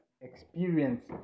experience